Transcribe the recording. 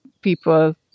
people